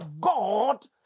God